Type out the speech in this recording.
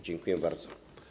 Dziękuję bardzo.